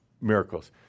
miracles